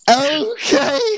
Okay